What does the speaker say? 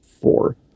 four